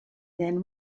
then